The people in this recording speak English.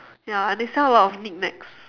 ya and they sell a lot of knick knacks